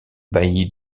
bailli